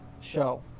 show